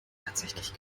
tatsächlich